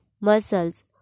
muscles